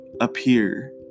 appear